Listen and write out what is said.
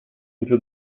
into